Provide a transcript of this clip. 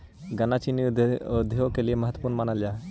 गन्ना चीनी उद्योग के लिए बहुत महत्वपूर्ण मानल जा हई